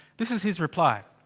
this is his reply.